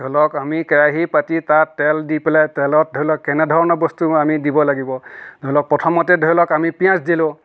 ধৰি লওক আমি কেৰাহী পাতি তাত তেল দি পেলাই তেলত ধৰি লওক কেনেধৰণৰ বস্তু আমি দিব লাগিব ধৰি লওক প্ৰথমতে ধৰি লওক আমি পিঁয়াজ দিলোঁ